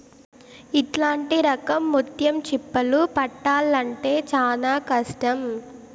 ఇట్లాంటి రకం ముత్యం చిప్పలు పట్టాల్లంటే చానా కష్టం